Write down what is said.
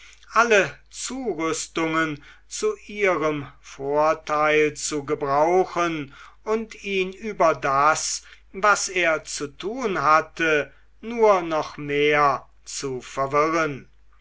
alle zurüstungen zu ihrem vorteil zu gebrauchen und ihn über das was er zu tun hatte nur noch mehr zu verwirren